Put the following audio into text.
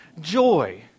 joy